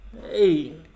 Hey